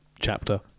Chapter